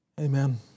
Amen